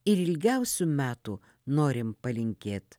ilgiausių metų norim palinkėt